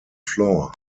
floor